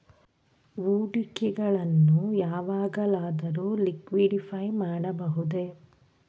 ಹೂಡಿಕೆಗಳನ್ನು ಯಾವಾಗಲಾದರೂ ಲಿಕ್ವಿಡಿಫೈ ಮಾಡಬಹುದೇ?